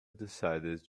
decided